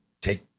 take